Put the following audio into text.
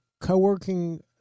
co-working